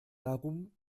darum